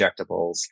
injectables